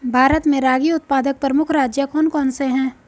भारत में रागी उत्पादक प्रमुख राज्य कौन कौन से हैं?